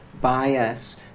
bias